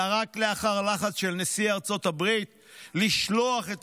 אלא רק לאחר לחץ של נשיא ארצות הברית לשלוח את